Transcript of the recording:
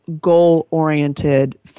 goal-oriented